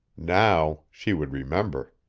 now she would remember.